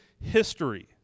history